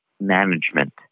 management